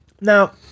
Now